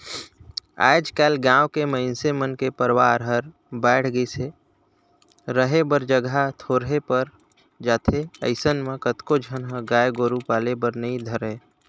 आयज कायल गाँव के मइनसे मन के परवार हर बायढ़ गईस हे, रहें बर जघा थोरहें पर जाथे अइसन म कतको झन ह गाय गोरु पाले बर नइ धरय